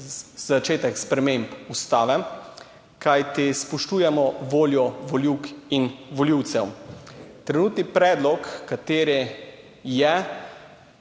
začetek sprememb ustave, kajti spoštujemo voljo volivk in volivcev. Trenutni predlog, kateri je